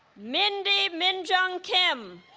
mindy minjeong kim